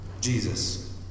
Jesus